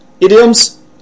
idioms